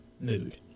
mood